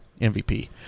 MVP